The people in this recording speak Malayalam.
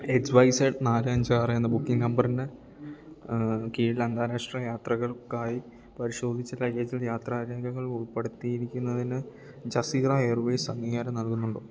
എക്സ് വൈ സെഡ് നാല് അഞ്ച് ആറ് എന്ന ബുക്കിംഗ് നമ്പറിന് കീഴിൽ അന്താരാഷ്ട്ര യാത്രകൾക്കായി പരിശോധിച്ച ലഗേജിൽ യാത്രാ രേഖകൾ ഉൾപ്പെടുത്തിയിരിക്കുന്നതിന് ജസീറ എയർവേയ്സ് അംഗീകാരം നൽകുന്നുണ്ടോ